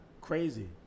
Crazy